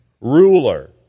ruler